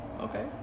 okay